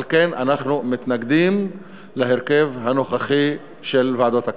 ועל כן אנחנו מתנגדים להרכב הנוכחי של ועדות הכנסת.